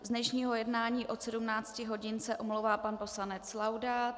Z dnešního jednání od 17 hodin se omlouvá pan poslanec Laudát.